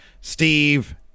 Steve